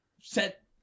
set